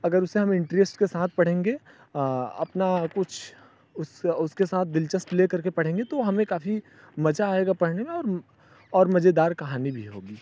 अगर उसे हम इन्टरेस्ट के साथ पढ़ेंगे अपना कुछ उस उसके साथ दिलचस्प लेकर के पढ़ेंगे तो हमें काफ़ी मज़ा आएगा पढ़ने में और मज़ेदार कहानी भी होगी